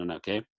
okay